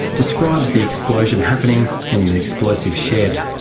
describes the explosion happening in an explosive shed.